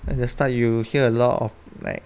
at the start you hear a lot of like